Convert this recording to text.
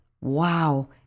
Wow